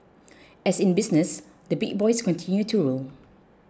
as in business the big boys continue to rule